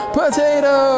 potato